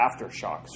aftershocks